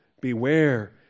Beware